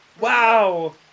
Wow